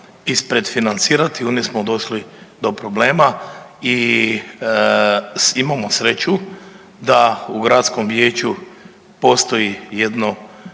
ispred financirati onda smo došli do problema i imamo sreću da u gradskom vijeću postoji jedno,